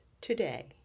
Today